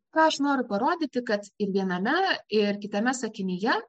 ką aš noriu parodyti kad ir viename ir kitame sakinyje